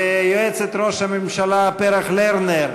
ויועצת ראש הממשלה פרח לרנר,